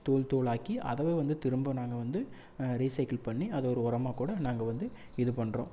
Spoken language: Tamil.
தூள் தூளாக்கி அதயே வந்து திரும்ப நாங்க வந்து ரீசைக்கிள் பண்ணி அதை ஒரு உரமாக்கூட நாங்கள் வந்து இது பண்ணுறோம்